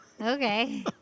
okay